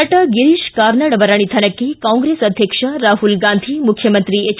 ನಟ ಗಿರೀಶ್ ಕಾರ್ನಾಡ್ ಅವರ ನಿಧನಕ್ಕೆ ಕಾಂಗ್ರೆಸ್ ಅಧ್ಯಕ್ಷ ರಾಹುಲ್ ಗಾಂಧಿ ಮುಖ್ಯಮಂತ್ರಿ ಹೆಚ್